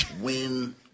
Win